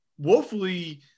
woefully